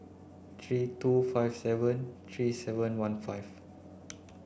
three two five seven three seven one five